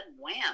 wham